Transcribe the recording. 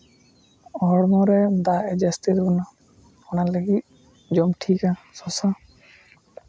ᱦᱚᱲᱢᱚ ᱨᱮ ᱫᱟᱜ ᱡᱟᱹᱥᱛᱤ ᱵᱚᱞᱚᱱᱟ ᱚᱱᱟ ᱞᱟᱹᱜᱤᱫ ᱡᱚᱢ ᱴᱷᱤᱠᱟ ᱥᱚᱥᱟ